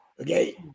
Okay